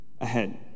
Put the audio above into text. ahead